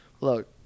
look